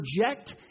project